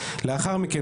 לאחר מכן,